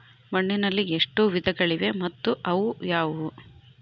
ಮಣ್ಣಿನಲ್ಲಿ ಎಷ್ಟು ವಿಧಗಳಿವೆ ಮತ್ತು ಅವು ಯಾವುವು?